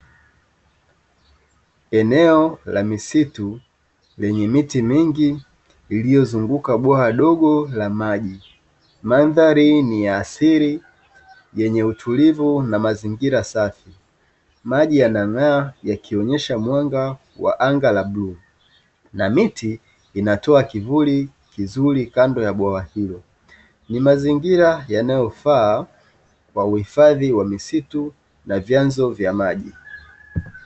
Eneo la misitu lenye miti mingi iliyozunguka bwawa dogo la maji . Mandhari ni ya asili yenye utulivu na mazingira safi. Maji yanang'aa yakionesha mwanga wa anga la bluu na miti inatoa kivuli kizuri kando ya bwawa hilo. Ni mazingira yanayofaa kwa uhifadhi wa misitu na vyanzo vya maji.